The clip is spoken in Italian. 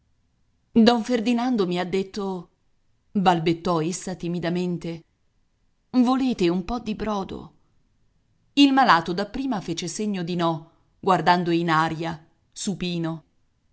don ferdinando mi ha detto balbettò essa timidamente volete un po di brodo il malato da prima fece segno di no guardando in aria supino